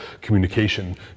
communication